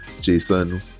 Jason